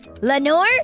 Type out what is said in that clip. Lenore